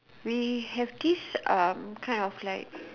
we have this um kind of like